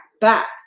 back